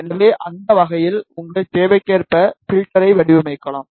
எனவே அந்த வகையில் உங்கள் தேவைக்கேற்ப பில்டர்யை வடிவமைக்கலாம்